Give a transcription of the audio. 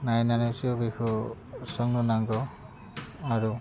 नायनानैसो बेखौ संनो नांगौ आरो